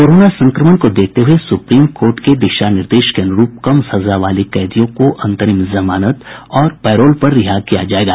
corona संक्रमण को देखते हये स्प्रीम कोर्ट के दिशा निर्देश के अनुरूप कम सजा वाले कैदियों को अंतरिम जमानत और पैरोल पर रिहा किया जायेगा